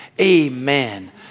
Amen